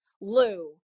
Lou